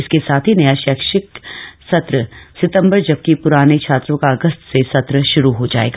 इसके साथ ही नया शैक्षिक सत्र सितम्बर जबकि प्राने छात्रों का अगस्त से सत्र शुरू हो जाएगा